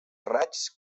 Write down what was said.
raigs